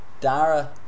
Dara